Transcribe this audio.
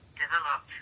develop